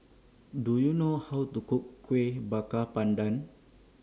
Do YOU know How to Cook Kuih Bakar Pandan